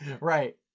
right